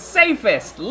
safest